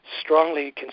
strongly